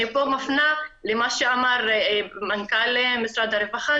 אני פה מפנה למה שאמר מנכ"ל משרד הרווחה,